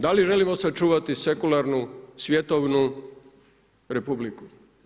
Da li želimo sačuvati sekularnu svjetovnu Republiku.